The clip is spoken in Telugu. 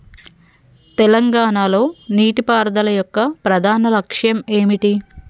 తెలంగాణ లో నీటిపారుదల యొక్క ప్రధాన లక్ష్యం ఏమిటి?